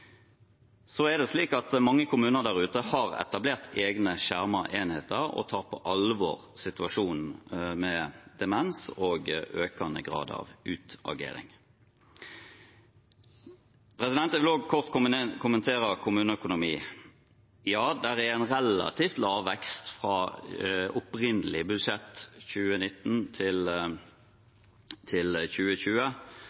Mange kommuner der ute har etablert egne skjermede enheter og tar på alvor situasjonen med demens og økende grad av utagering. Jeg vil også kort kommentere kommuneøkonomi. Ja, det er en relativt lav vekst fra opprinnelig budsjett for 2019 til